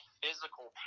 physical